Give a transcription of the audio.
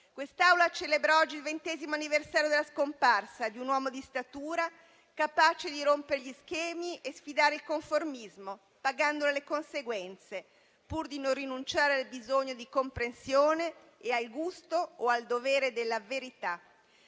quest'Aula si celebra oggi il ventesimo anniversario della scomparsa di un uomo di statura capace di rompere gli schemi e sfidare il conformismo, pagandone le conseguenze pur di non rinunciare al bisogno di comprensione e al gusto o al dovere della verità.